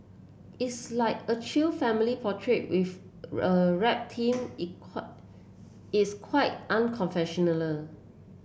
it's like a chill family portrait with a rap theme it's quite